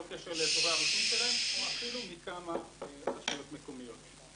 קשר לאזורי הרישום שלהם או אפילו מכמה רשויות מקומיות.